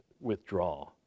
withdraw